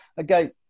Okay